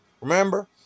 Remember